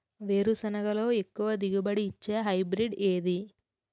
వేరుసెనగ లో ఎక్కువ దిగుబడి నీ ఇచ్చే హైబ్రిడ్ ఏది?